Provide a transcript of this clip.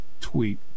tweet